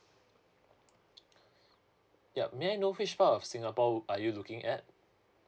yup may I know which part of singapore are you looking at